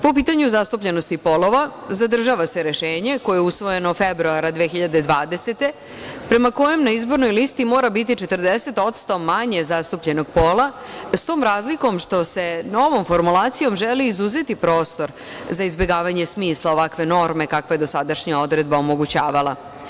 Po pitanju zastupljenosti polova, zadržava se rešenje koje je usvojeno februara 2020. godine prema kojem na izbornoj listi mora biti 40% manje zastupljenog pola, s tom razlikom što se novom formulacijom želi izuzeti prostor za izbegavanje smisla ovakve norme kakva je dosadašnja odredba omogućavala.